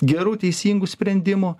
gerų teisingų sprendimų